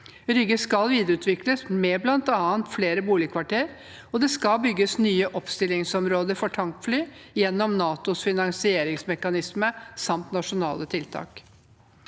Rygge skal videreutvikles med bl.a. flere boligkvarter, og det skal bygges nye oppstillingsområder for tankfly gjennom NATOs finansieringsmekanisme samt nasjonale tiltak.